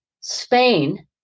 Spain